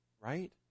Right